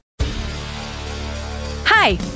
Hi